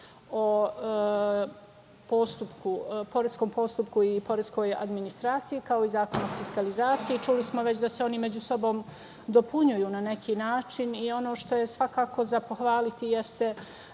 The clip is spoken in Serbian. Zakon o poreskom postupku i poreskoj administraciji, kao i Zakon o fiskalizaciji. Čuli smo već da se oni među sobom dopunjuju, na neki način. Ono što je svakako za pohvalu, jeste